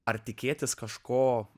ar tikėtis kažko